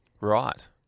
Right